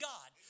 God